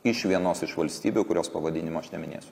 iš vienos iš valstybių kurios pavadinimo aš neminėsiu